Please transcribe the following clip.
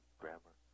grammar